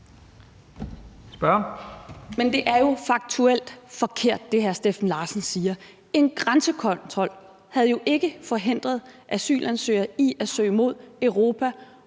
siger, er jo faktuelt forkert. For en grænsekontrol havde jo ikke forhindret asylansøgere i at søge mod Europa